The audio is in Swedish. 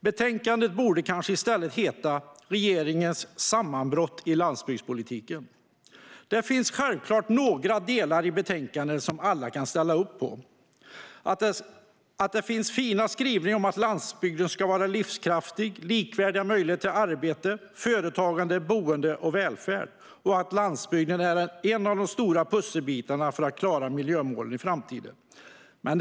Betänkandet borde kanske i stället heta: Regeringens sammanbrott i landsbygdspolitiken . Det finns självklart några delar i betänkandet som alla kan ställa upp på. Det finns fina skrivningar om att landsbygden ska vara livskraftig och om likvärdiga möjligheter till arbete, företagande, boende och välfärd. Det står att landsbygden är en av de stora pusselbitarna för att klara miljömålen i framtiden.